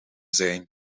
zijn